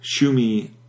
Shumi